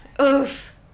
Oof